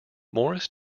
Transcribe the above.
morris